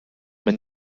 mae